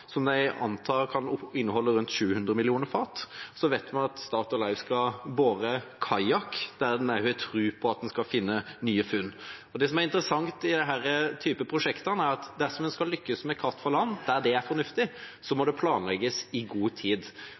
som en antar kan inneholde rundt 700 millioner fat. Vi vet også at Statoil skal bore i Kayak-feltet, der en også har tro på at en skal gjøre nye funn. Det som er interessant med denne typen prosjekter, er at dersom en skal lykkes med kraft fra land, der det er fornuftig, må det planlegges i god tid.